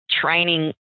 training